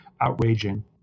outraging